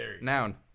Noun